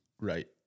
Right